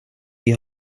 die